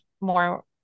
more